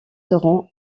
seront